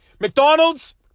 McDonald's